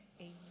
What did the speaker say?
Amen